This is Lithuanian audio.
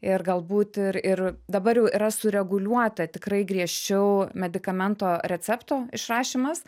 ir galbūt ir ir dabar jau yra sureguliuota tikrai griežčiau medikamento recepto išrašymas